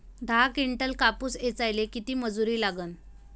दहा किंटल कापूस ऐचायले किती मजूरी लागन?